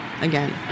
again